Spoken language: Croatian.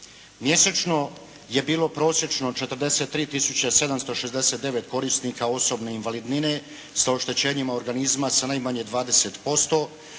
Mjesečno je bilo prosječno 43769 korisnika osobne invalidnine sa oštećenjima organizma sa najmanje 20%.